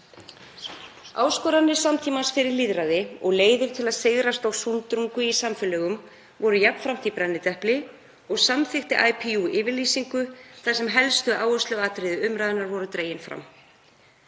Áskoranir samtímans fyrir lýðræði og leiðir til að sigrast á sundrungu í samfélögum voru jafnframt í brennidepli og samþykkti IPU yfirlýsingu þar sem helstu áhersluatriði umræðunnar voru dregin fram.